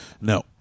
No